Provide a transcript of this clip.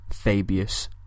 Fabius